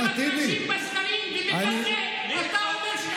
מה שהוא רוצה הוא יעלה ויגיד, ואתה לא תיתמם.